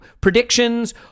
predictions